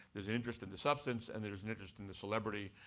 there's interest in the substance, and there's an interest in the celebrity.